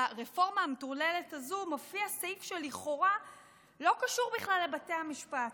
ברפורמה המטורללת הזו מופיע סעיף שלכאורה לא קשור בכלל לבתי המשפט,